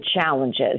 challenges